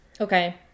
Okay